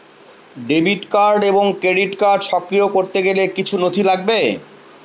Debit এবং credit card সক্রিয় করতে গেলে কিছু নথি লাগবে?